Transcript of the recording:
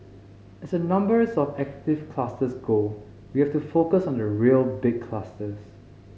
as the numbers of active clusters go we have to focus on the real big clusters